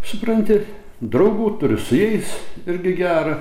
supranti draugų turiu su jais irgi gera